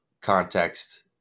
context